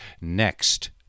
Next